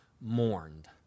mourned